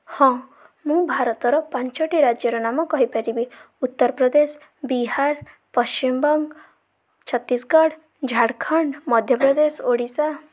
ହଁ ମୁଁ ଭାରତର ପାଞ୍ଚଟି ରାଜ୍ୟର ନାମ କହିପାରିବି ଉତ୍ତରପ୍ରଦେଶ ବିହାର ପଶ୍ଚିମବଙ୍ଗ ଛତିଶଗଡ଼ ଝାଡ଼ଖଣ୍ଡ ମଧ୍ୟପ୍ରଦେଶ ଓଡ଼ିଶା